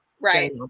right